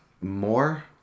more